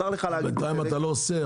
בינתיים אתה לא עושה.